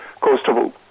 coastal